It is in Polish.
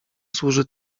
służy